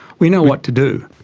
we know what to do.